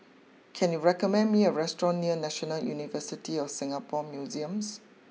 can you recommend me a restaurant near National University of Singapore Museums